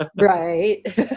right